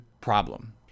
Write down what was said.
problem